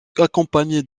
accompagnés